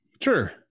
sure